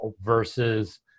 versus